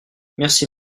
merci